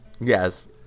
Yes